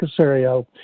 Casario